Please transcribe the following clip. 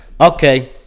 Okay